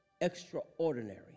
extraordinary